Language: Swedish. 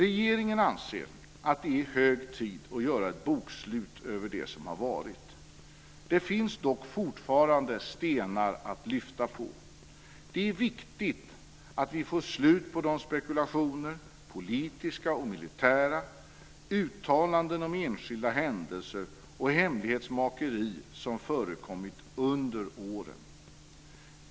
Regeringen anser att det är hög tid att göra ett bokslut över det som har varit. Det finns dock fortfarande stenar att lyfta på. Det är viktigt att vi får slut på de spekulationer - politiska och militära - och uttalanden om enskilda händelser och hemlighetsmakeri som förekommit under åren.